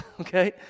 Okay